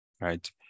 right